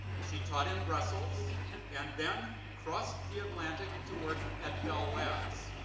she taught in brussels and then crossed the atlantic to work at bell labs.